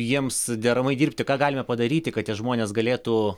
jiems deramai dirbti ką galime padaryti kad žmonės galėtų